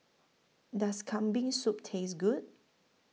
Does Kambing Soup Taste Good